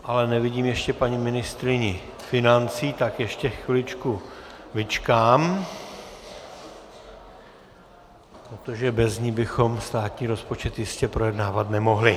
Ale nevidím paní ministryni financí, tak ještě chviličku vyčkám, protože bez ní bychom státní rozpočet jistě projednávat nemohli.